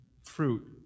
fruit